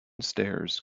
stairs